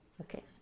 Okay